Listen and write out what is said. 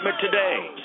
today